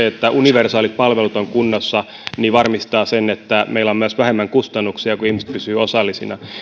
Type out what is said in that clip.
että universaalit palvelut ovat kunnossa varmistaa sen että meillä on myös vähemmän kustannuksia kun ihmiset pysyvät osallisina